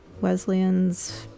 wesleyan's